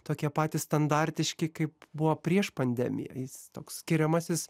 tokie patys standartiški kaip buvo prieš pandemiją jis toks skiriamasis